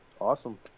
Awesome